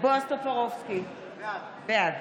בועז טופורובסקי, בעד